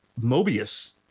Mobius